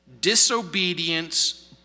disobedience